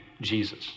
Jesus